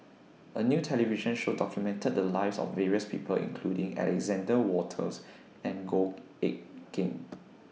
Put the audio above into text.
A New television Show documented The Lives of various People including Alexander Wolters and Goh Eck Kheng